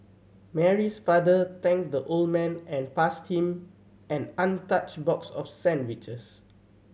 Mary's father thanked the old man and passed him an untouched box of sandwiches